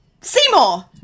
Seymour